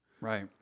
right